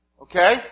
Okay